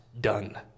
done